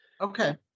Okay